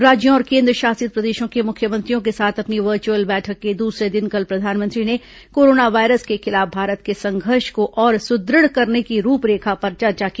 राज्यों और केन्द्रशासित प्रदेशों के मुख्यमंत्रियों के साथ अपनी वर्चुअल बैठक के दूसरे दिन कल प्रधानमंत्री ने कोरोना वायरस के खिलाफ भारत के संघर्ष को और सु दृढ़ करने की रूपरेखा पर चर्चा की